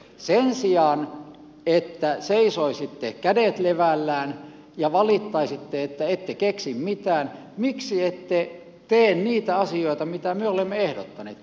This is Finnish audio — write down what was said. sen sijaan että seisoisitte kädet levällänne ja valittaisitte että ette keksi mitään miksi ette tee niitä asioita mitä me olemme ehdottaneet